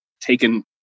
taken